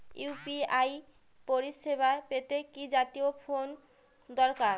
UPI পরিসেবা পেতে কি জাতীয় ফোন দরকার?